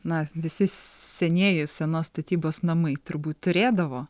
na visi senieji senos statybos namai turbūt turėdavo